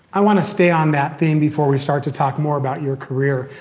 i wanna stay on that theme before we start to talk more about your career,